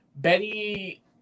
Betty